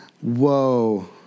whoa